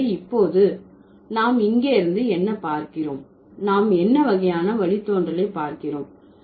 எனவே இப்போது நாம் இங்கே இருந்து என்ன பார்க்கிறோம் நாம் என்ன வகையான வழித்தோன்றலை பார்க்கிறோம்